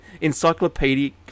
encyclopedic